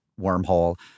wormhole